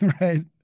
Right